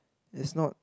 it's not